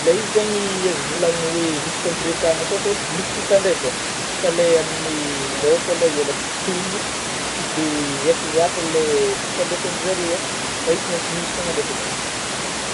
Ilay izy zeigny, azo vôlagna oe misy fifampiresahana fô fô misy fifandraisagna. Fa ilay amin'ilay lôko alôha ialako tsiny tsy dia aiko lôatra ilay fifandraisagny zare fa io tsy maintsy misy fôagna ndraikany.